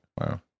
wow